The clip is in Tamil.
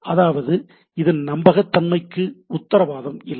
அதாவது இதன் நம்பகத்தன்மைக்கு உத்தரவாதம் இல்லை